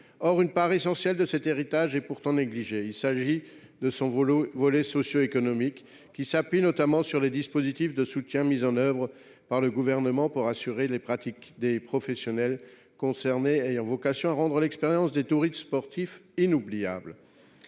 Or une part essentielle de cet héritage est pourtant négligée. Il s’agit de son volet socioéconomique, qui s’appuie notamment sur les dispositifs de soutien mis en œuvre par le Gouvernement pour accompagner les pratiques des professionnels concernés ayant vocation à rendre l’expérience des touristes sportifs inoubliable.